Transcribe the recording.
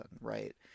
right